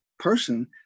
person